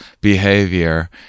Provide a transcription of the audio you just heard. behavior